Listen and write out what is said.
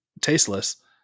tasteless